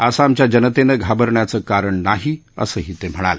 आसामच्या जनतेनं घाबरण्याचं कारण नाही असंही ते म्हणाले